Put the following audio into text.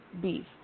beef